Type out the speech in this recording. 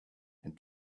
and